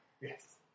Yes